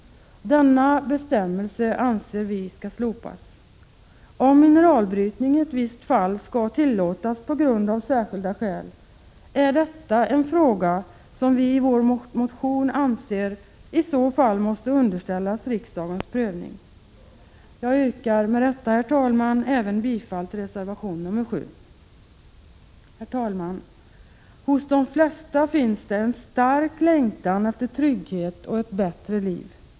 Denna bestämmelse anser vi skall slopas. Om mineralbrytning i visst fall skall tillåtas av särskilda skäl är detta en fråga som jag anser måste underställas riksdagens prövning. Jag yrkar med detta bifall till reservation 7. Herr talman! Hos de flesta finns det en stark längtan efter trygghet och ett bättre liv.